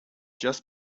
just